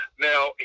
Now